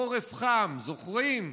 חורף חם, זוכרים?